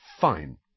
Fine